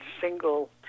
single